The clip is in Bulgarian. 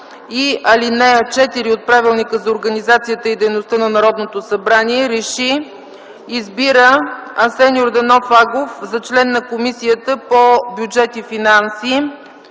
и ал. 4 от Правилника за организацията и дейността на Народното събрание Р Е Ш И : Избира Асен Йорданов Агов за член на Комисията по бюджет и финанси.”